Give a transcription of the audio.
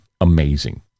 amazing